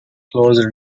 closed